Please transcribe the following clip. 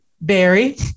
Barry